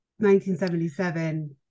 1977